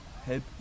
help